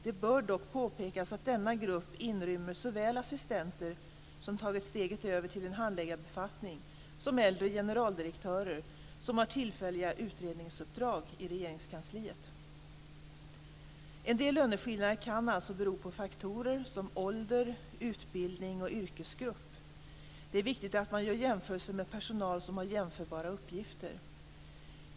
Det bör dock påpekas att denna grupp inrymmer såväl assistenter som tagit steget över till en handläggarbefattning som äldre generaldirektörer som har tillfälliga utredningsuppdrag i Regeringskansliet. En del löneskillnader kan alltså bero på faktorer som ålder, utbildning och yrkesgrupp. Det är viktigt att man gör jämförelser med personal som har jämförbara uppgifter.